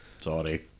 Sorry